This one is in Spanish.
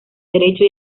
derecho